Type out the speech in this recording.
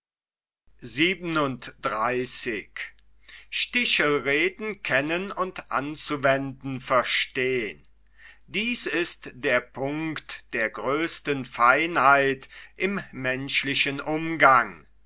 dies ist der punkt der größten feinheit im menschlichen umgang